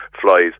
flies